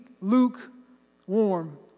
lukewarm